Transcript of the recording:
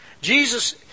Jesus